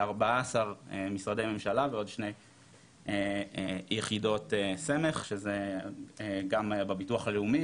ב-14 משרדי ממשלה ועוד שני יחידות סמך שזה גם בביטוח הלאומי.